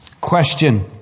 Question